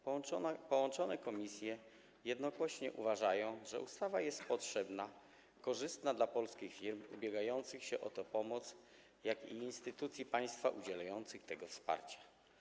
Połączone komisje jednogłośnie uznały, że ustawa jest potrzebna, korzystna dla polskich firm ubiegających się o tę pomoc, jak i instytucji państwa udzielających tego wsparcia.